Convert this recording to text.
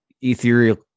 ethereal